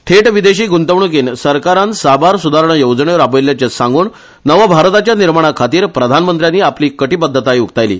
थेट विदेशी गुंतवणुकित सरकारान साबार सुधारणा येवजण्यो राबयल्ल्याचे सांगुन नव भारताच्या निर्माणा खातीर प्रधानमंत्र्यानी आपली कटीबद्दताय उक्तायली